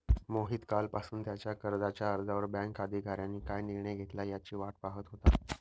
मोहित कालपासून त्याच्या कर्जाच्या अर्जावर बँक अधिकाऱ्यांनी काय निर्णय घेतला याची वाट पाहत होता